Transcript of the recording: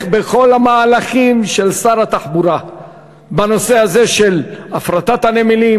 בכל המהלכים של שר התחבורה בנושא הזה של הפרטת הנמלים,